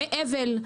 ימי אבל.